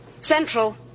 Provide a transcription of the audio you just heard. Central